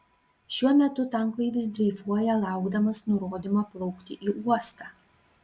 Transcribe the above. šiuo metu tanklaivis dreifuoja laukdamas nurodymo plaukti į uostą